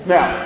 Now